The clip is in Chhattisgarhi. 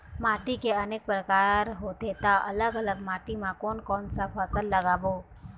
माटी के अनेक प्रकार होथे ता अलग अलग माटी मा कोन कौन सा फसल लगाबो?